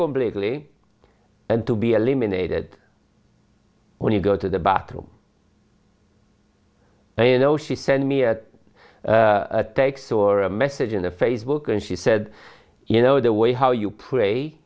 completely and to be eliminated when you go to the bathroom i know she sent me that takes over a message in a facebook and she said you know the way how you pray